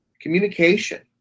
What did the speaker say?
communication